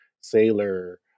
sailor